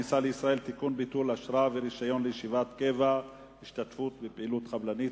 ביטול אשרה ורשיון לישיבת קבע עקב השתתפות בפעילות חבלנית),